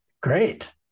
Great